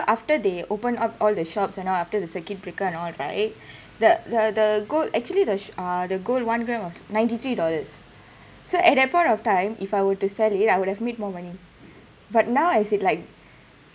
after they open up all the shops and all after the circuit breaker and all right the the the gold actually there's uh the gold one gram was ninety three dollars so at that point of time if I were to sell it I would have made more money but now as it like